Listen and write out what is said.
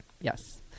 yes